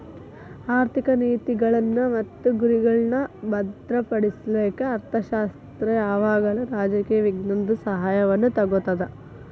ಆರ್ಥಿಕ ನೇತಿಗಳ್ನ್ ಮತ್ತು ಗುರಿಗಳ್ನಾ ಭದ್ರಪಡಿಸ್ಲಿಕ್ಕೆ ಅರ್ಥಶಾಸ್ತ್ರ ಯಾವಾಗಲೂ ರಾಜಕೇಯ ವಿಜ್ಞಾನದ ಸಹಾಯವನ್ನು ತಗೊತದ